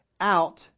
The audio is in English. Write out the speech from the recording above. out